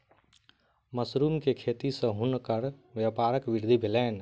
mushroom के खेती सॅ हुनकर व्यापारक वृद्धि भेलैन